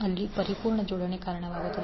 ಅಲ್ಲಿ ಪರಿಪೂರ್ಣ ಜೋಡಣೆಗೆ ಕಾರಣವಾಗುತ್ತದೆ